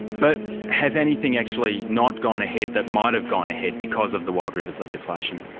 but has anything actually not gone ahead that might have gone ahead, because of the wild rivers legislation?